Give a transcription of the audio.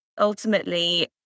Ultimately